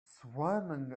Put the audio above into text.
swarming